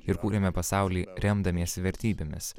ir kūrėme pasaulį remdamiesi vertybėmis